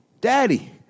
Daddy